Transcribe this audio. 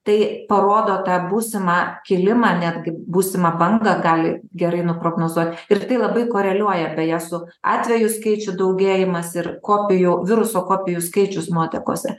tai parodo tą būsimą kilimą netgi būsimą bangą gali gerai nuprognozuot ir tai labai koreliuoja beje su atvejų skaičių daugėjimas ir kopijų viruso kopijų skaičius nuotekose